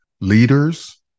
leaders